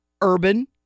Urban